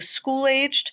school-aged